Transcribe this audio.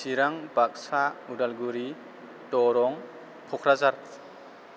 Chirang Baksa Udalguri Darrang Kokrajhar